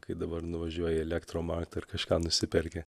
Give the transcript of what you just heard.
kai dabar nuvažiuoji į elektromarkt ir kažką nusiperki